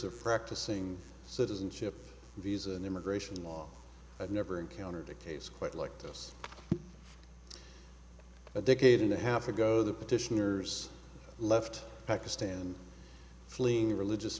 of practicing citizenship these an immigration law i've never encountered a case quite like this a decade and a half ago the petitioners left pakistan fleeing religious